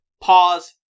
pause